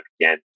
again